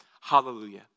Hallelujah